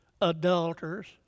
adulterers